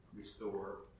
restore